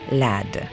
lad